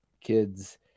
kids